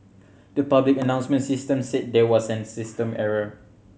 the public announcement system said there was a system error